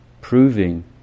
proving